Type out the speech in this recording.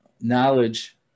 knowledge